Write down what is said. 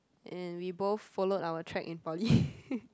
and we both followed our track in poly